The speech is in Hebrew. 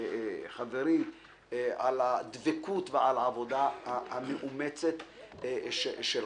חנין חברי, על הדבקות ועל העבודה המאומצת שלך.